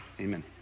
Amen